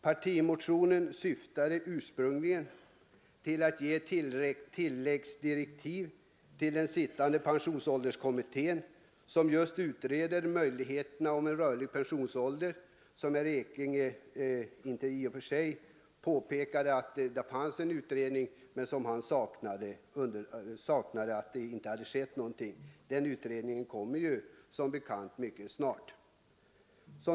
Partimotionen syftade ursprungligen till att ge tilläggsdirektiv till den sittande pensionsålderskommittén, som just utreder möjligheterna för en rörlig pensionsålder. Herr Ekinge påpekade att det fanns en utredning men att ingenting hade uträttats. Resultatet av denna utredning kommer ju som bekant mycket snart.